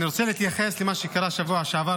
אני רוצה להתייחס למה שקרה בשבוע שעבר